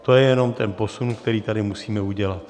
To je jenom ten posun, který tady musíme udělat.